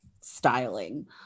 styling